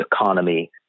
economy